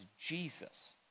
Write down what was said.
Jesus